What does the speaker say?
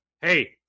Hey